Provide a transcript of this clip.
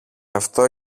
αυτό